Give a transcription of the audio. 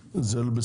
היום.